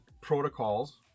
protocols